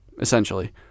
essentially